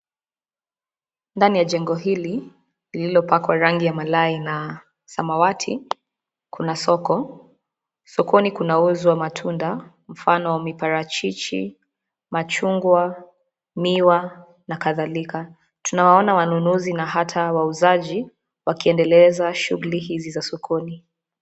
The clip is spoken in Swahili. Ndani ya jengo hili, lililopakwa rangi ya malai na samawati kuna soko. Sokoni kunauzwa matunda, mfano wa: miparachichi, machungwa, miwa na kadhalika. Tunawaona wanunuzi na hata wauzaji, wakiendeleza shughuli hizi za sokoni.